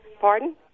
Pardon